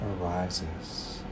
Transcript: arises